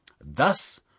Thus